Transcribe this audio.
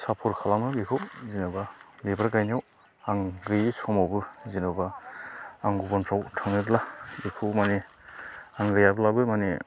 support खालामो बेखौ जेन'बा बिबार गायनायाव आं गैयि समावबो जेन'बा आं गुबुनफ्राव थाङोब्ला बेखौ माने आं गैयाब्लाबो माने